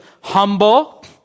humble